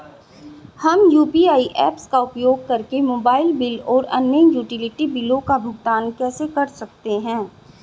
हम UPI apps का उपयोग करके मोबाइल बिल और अन्य यूटिलिटी बिलों का भुगतान कर सकते हैं